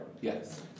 Yes